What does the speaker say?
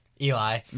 Eli